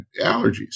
allergies